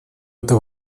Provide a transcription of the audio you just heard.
это